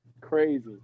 Crazy